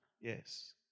Yes